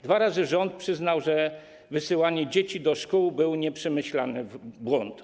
Dwa razy rząd przyznał, że wysyłanie dzieci do szkół to był nieprzemyślany błąd.